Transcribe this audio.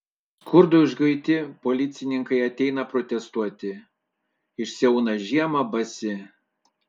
skurdo išguiti policininkai ateina protestuoti išsiauna žiemą basi